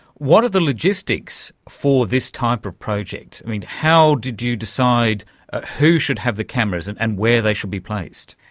what are the logistics for this type of project? how did you decide who should have the cameras and and where they should be placed?